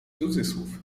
cudzysłów